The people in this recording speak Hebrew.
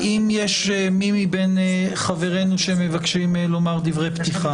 האם מי מחברינו מבקשים לומר דברי פתיחה?